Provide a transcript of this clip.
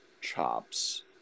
chops